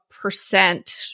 percent